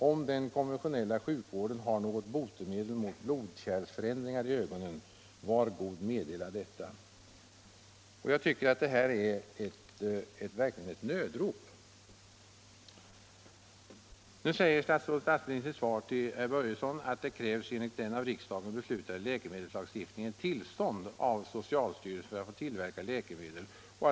Om den konventionella sjukvården har något botemedel mot blodkärlsförändringar i ögonen, var god meddela detta!” Jag tycker verkligen att detta är ett nödrop. Nu säger statsrådet Aspling i sitt svar till herr Börjesson i Falköping att det ”krävs enligt den av riksdagen beslutade läkemedelslagstiftningen tillstånd av socialstyrelsen för att få tillverka läkemedel.